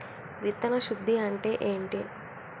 విత్తన శుద్ధి అంటే ఏంటి?